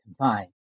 combined